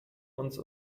uns